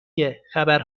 گهخبر